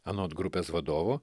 anot grupės vadovo